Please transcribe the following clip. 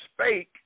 spake